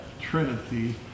Trinity